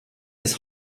his